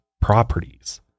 properties